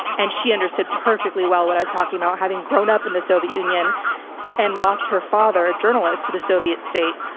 and she understood perfectly well what i was talking about having grown up in the soviet union and lost her father, a journalist to the soviet state.